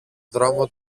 δρόμο